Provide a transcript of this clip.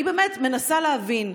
אני באמת מנסה להבין,